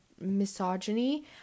misogyny